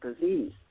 disease